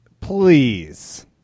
Please